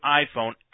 iPhone